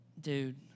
Dude